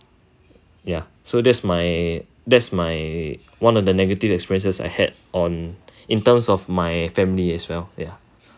ya so that's my that's my one of the negative experiences I had on in terms of my family as well ya